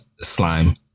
Slime